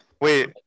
wait